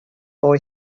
boy